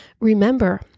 Remember